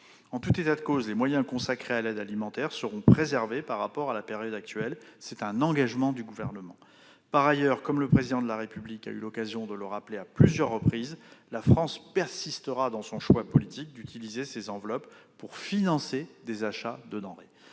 En tout état de cause, les moyens consacrés à l'aide alimentaire seront préservés par rapport à la période actuelle ; c'est un engagement du Gouvernement. Par ailleurs, comme le Président de la République a eu l'occasion de le rappeler à plusieurs reprises, la France persistera dans son choix politique d'utiliser ces enveloppes pour financer des achats de denrées.